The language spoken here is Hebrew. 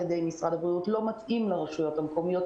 ידי משרד הבריאות לא מתאים לרשויות המקומיות,